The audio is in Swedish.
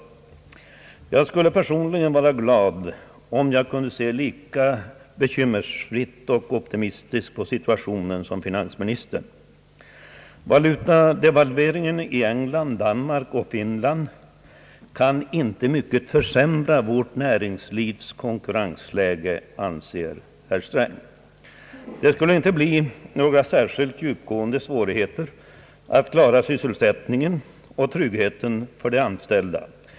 Personligen skulle jag vara glad om jag kunde se lika bekymmersfritt och optimistiskt på situationen som finansministern gör. Valutadevalveringarna i England, Danmark och Finland kan inte mycket försämra vårt näringslivs konkurrensläge, anser herr Sträng, som heller inte tror att det kommer att bli några särskilt stora svårigheter att klara sysselsättningen och tryggheten för de anställda.